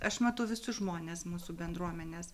aš matau visus žmones mūsų bendruomenės